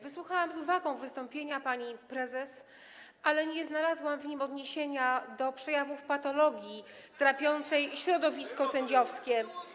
Wysłuchałam z uwagą wystąpienia pani prezes, ale nie znalazłam w nim odniesienia do przejawów patologii trapiącej środowisko sędziowskie.